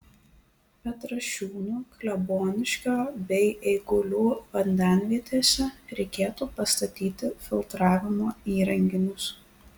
petrašiūnų kleboniškio bei eigulių vandenvietėse reikėtų pastatyti filtravimo įrenginius